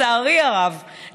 לצערי הרב,